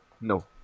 no